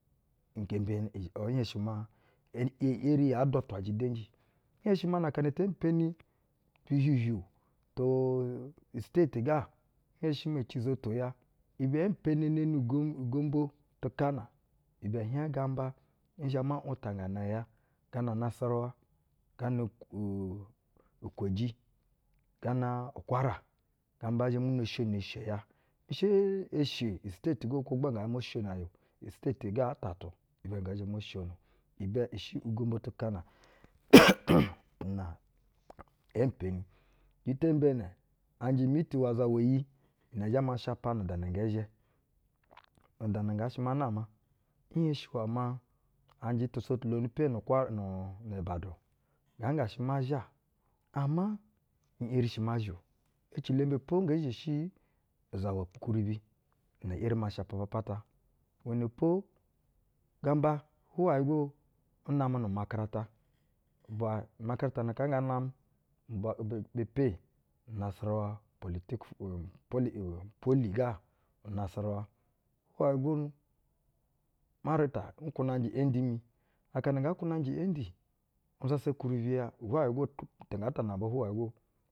Ngembeni, un, nhenshi maa, en, ere yaa dwatwajɛ. Nhenshi maa na aka n ate mpeni uhiuhiu tu usteti ga, nhenshi maa ici uzoto ya, ibɛ ee mpeneneni ugom, ugombo tɛ kana, ibɛ hieƞ gamba mhɛ ma untangana ya ga unasarawa, gana uk, ukoji, gana ukwara gamba nzhɛ mu na sheyino eshe ya. Shɛ eshe usteti ga uko gba ngɛ zhɛ mo sheino ya o, esteti ga atatu ibɛ ngɛ zhɛ mo sheyino. Ibɛ i shɛ ugombo tɛ kana. ɛhɛ um una ee mpeni. Jita mbenɛ, anjɛ imitin iwɛ-uzawa iyi na zhɛ ma nshapa nu-udana ngɛ zhɛ, udana nga shɛ ma nama. Nshenshi iwɛ maa, anjɛ tusotulone pe nu kwa, nu ibadun, nga ga shɛ ma zha, ama neris hi ma zha o, ecilo imbe po nge zhe shii? Uzawa-ukwuribi na eri ma nshapa apata. Iwɛnɛ po, gamba, hwuwayɛ go nnamɛ nu umakarata, ubwa, umakarata na kaa nga namɛ, ubwa ebe, be pe nu-unawarawa polyte, polyur poly ga unasarawa. Hwunayɛ gonu ma rɛta nkwunaƞjɛ n. D mi. Akana ngaa kwunajɛ nd national diploma nzasa-ukwuribi ya, hwuwayɛ go tu tutu ƞga ta namba hwuwayɛ go.